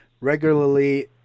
regularly